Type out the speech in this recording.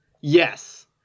Yes